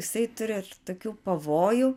jisai turi ir tokių pavojų